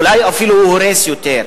אולי אפילו הוא הורס יותר.